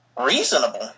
reasonable